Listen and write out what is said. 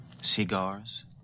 cigars